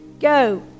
go